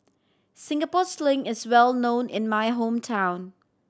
Singapore Sling is well known in my hometown